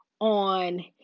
on